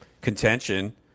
contention